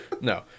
No